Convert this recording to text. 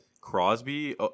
Crosby